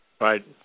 Right